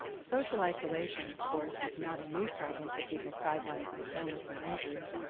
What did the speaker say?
social isolation of course is not a new problem for people sidelined by illness or injury.